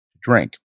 drink